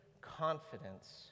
confidence